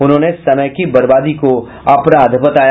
उन्होंने समय की बर्बादी को अपराध बताया